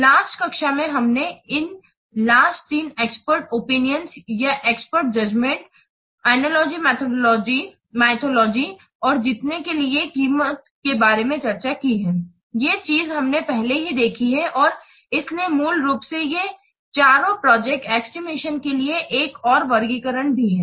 last कक्षा में हमने इन लास्ट तीन एक्सपर्ट ओपिनियन या एक्सपर्ट जजमेंट अनलॉय माइथोलॉजी और जीतने के लिए कीमत के बारे में चर्चा की है ये चीजें हमने पहले ही देखी हैं और इसलिए मूल रूप से ये चारों प्रोजेक्ट एस्टिमेशन के लिए एक और वर्गीकरण भी हैं